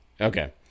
Okay